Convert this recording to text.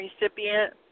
recipient